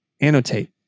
annotate